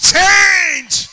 change